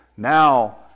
Now